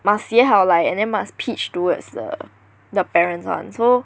must 写好来 and then must pitch towards the the parents [one] so